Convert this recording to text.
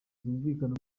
zumvikana